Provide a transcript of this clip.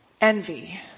envy